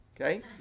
okay